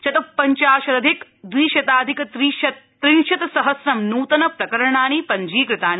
चत्पञ्चाशदधिक द्वि शताधिक त्रिंशत् सहस्रं नूतनप्रकरणानि पञ्जीकृतानि